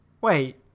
Wait